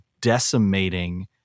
decimating